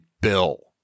bill